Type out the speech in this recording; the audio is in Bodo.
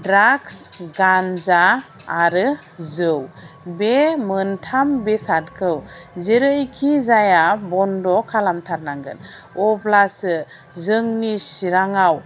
ड्राक्स गान्जा आरो जौ बे मोनथाम बेसादखौ जेरैखि जाया बन्द' खालामथारनांगोन अब्लासो जोंनि चिराङाव